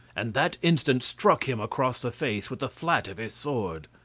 and that instant struck him across the face with the flat of his sword.